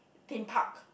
Theme Park